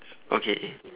okay